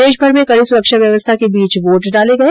देशभर में कड़ी सुरक्षा व्यवस्था के बीच वोट डाले गए